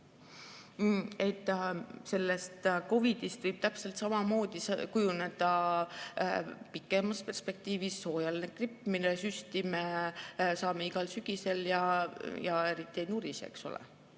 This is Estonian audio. Sellest COVID‑ist võib täpselt samamoodi kujuneda pikemas perspektiivis hooajaline gripp, mille vastu me saame süsti igal sügisel ja eriti ei nurise. Ma ei